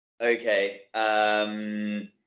Okay